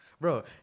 Bro